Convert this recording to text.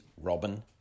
Robin